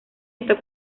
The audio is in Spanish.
hasta